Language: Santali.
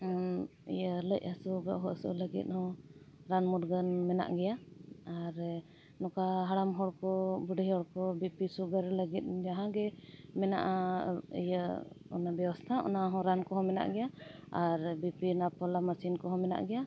ᱤᱭᱟᱹ ᱞᱟᱡ ᱦᱟᱹᱥᱩ ᱵᱚᱦᱚᱜ ᱦᱟᱹᱥᱩ ᱞᱟᱹᱜᱤᱫ ᱦᱚᱸ ᱨᱟᱱ ᱢᱩᱨᱜᱟᱹᱱ ᱢᱮᱱᱟᱜ ᱜᱮᱭᱟ ᱟᱨ ᱱᱚᱝᱠᱟ ᱦᱟᱲᱟᱢ ᱦᱚᱲ ᱠᱚ ᱵᱩᱰᱷᱤ ᱦᱚᱲ ᱠᱚ ᱵᱤᱯᱤ ᱥᱩᱜᱟᱨ ᱞᱟᱹᱜᱤᱫ ᱡᱟᱦᱟᱸ ᱜᱮ ᱢᱮᱱᱟᱜᱼᱟ ᱤᱭᱟᱹ ᱚᱱᱟ ᱵᱮᱵᱚᱥᱛᱷᱟ ᱚᱱᱟ ᱦᱚᱸ ᱨᱟᱱ ᱠᱚᱦᱚᱸ ᱢᱮᱱᱟᱜ ᱜᱮᱭᱟ ᱟᱨ ᱵᱤᱯᱤ ᱱᱟᱯᱵᱟᱞᱟ ᱢᱟᱥᱤᱱ ᱠᱚᱦᱚᱸ ᱢᱮᱱᱟᱜ ᱜᱮᱭᱟ